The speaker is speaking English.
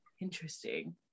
interesting